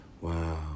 Wow